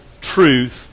truth